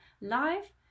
live